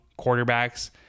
quarterbacks